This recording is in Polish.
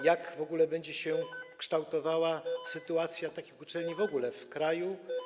Jak będzie się kształtowała sytuacja takich uczelni w ogóle w kraju?